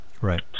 Right